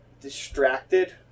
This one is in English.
distracted